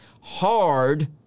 hard